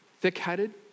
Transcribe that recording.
thick-headed